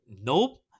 nope